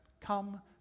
come